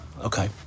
Okay